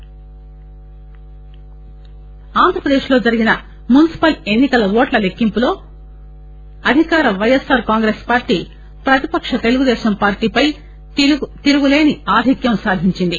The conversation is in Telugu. డెస్క్ ఏపీ మున్సిపల్ ఆంధ్రప్రదేశ్ లో జరిగిన మున్సిపల్ ఎన్సి కల ఓట్ల లెక్సింపులో అధికార పైఎస్ఆర్ కాంగ్రెస్ పార్టీ ప్రతిపక్ష తెలుగుదేశం పార్టీపై తిరుగులేని ఆధిక్యత సాధించింది